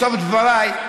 בסוף דבריי,